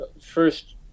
first